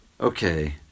okay